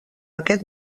aquest